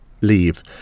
Leave